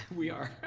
we are,